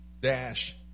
dash